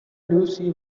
lucy